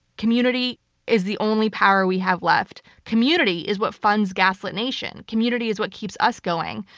community is the only power we have left. community is what funds gaslit nation. community is what keeps us going.